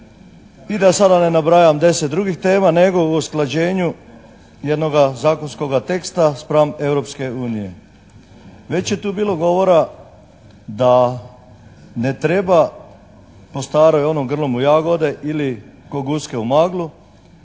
i da sad ne nabrajam 10 drugih tema, nego o usklađenju jednoga zakonskoga teksta spram Europske unije. Već je tu bilo govora da ne treba po staroj onoj "Grlom u jagode" ili "Ko guske u maglu"